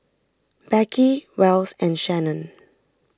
Beckie Wells and Shannen